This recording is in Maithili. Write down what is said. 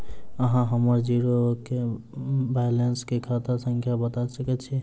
अहाँ हम्मर जीरो वा बैलेंस केँ खाता संख्या बता सकैत छी?